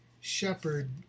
shepherd